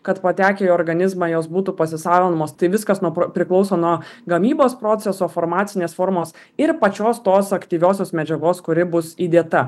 kad patekę į organizmą jos būtų pasisavinamos tai viskas priklauso nuo gamybos proceso farmacinės formos ir pačios tos aktyviosios medžiagos kuri bus įdėta